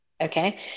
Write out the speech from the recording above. okay